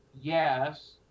Yes